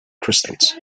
crystals